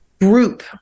group